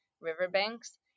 riverbanks